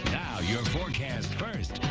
your forecast first.